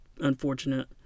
unfortunate